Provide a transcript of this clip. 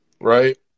right